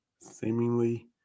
Seemingly